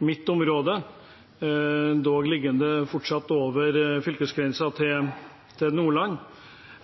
mitt område, dog fortsatt liggende over fylkesgrensen til Nordland.